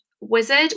wizard